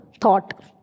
thought